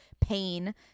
pain